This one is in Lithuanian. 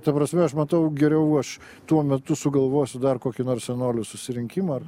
ta prasme aš matau geriau aš tuo metu sugalvosiu dar kokį nors senolių susirinkimą